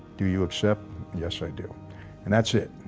do you accept yes? i do and that's it.